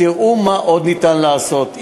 תראו מה עוד אפשר לעשות.